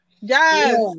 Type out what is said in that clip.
yes